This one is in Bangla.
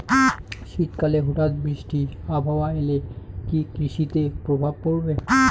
শীত কালে হঠাৎ বৃষ্টি আবহাওয়া এলে কি কৃষি তে প্রভাব পড়বে?